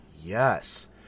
Yes